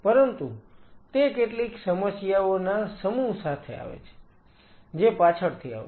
પરંતુ તે કેટલીક સમસ્યાઓના સમૂહ સાથે આવે છે જે પાછળથી આવશે